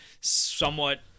somewhat